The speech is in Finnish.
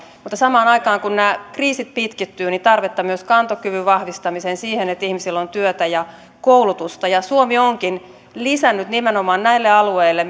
mutta samaan aikaan kun nämä kriisit pitkittyvät on tarvetta myös kantokyvyn vahvistamiseen siihen että ihmisillä on työtä ja koulutusta suomi onkin lisännyt tukeaan nimenomaan näille alueille